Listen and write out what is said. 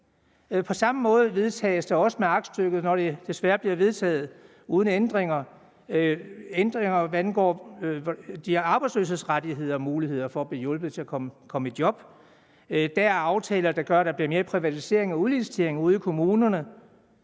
På samme måde vedtages der med aktstykket, når det desværre bliver vedtaget uden ændringer, også ændringer, hvad angår de arbejdsløses rettigheder og muligheder for at blive hjulpet til at komme i job. Og der er aftaler, der gør, at der bliver mere privatisering og mere udlicitering ude i kommunerne.